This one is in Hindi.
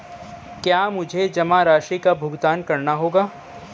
क्या मुझे जमा राशि का भुगतान करना होगा?